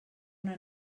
una